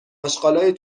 آشغالای